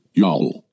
y'all